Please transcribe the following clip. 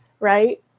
right